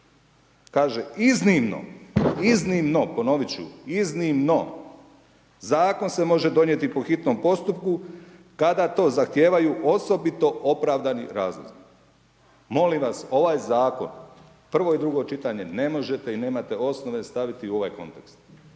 kaže iznimno ponoviti ću, iznimno, zakon se može donijeti po hitnom postupku kada to zahtijevaju osobito opravdani razlozi. Molim vas, ovaj zakon, prvo i drugo čitanje, ne možete i nemate osnove staviti u ovaj kontekst,